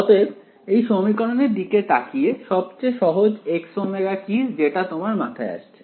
অতএব এই সমীকরণের দিকে তাকিয়ে সবচেয়ে সহজ Xω কি যেটা তোমার মাথায় আসছে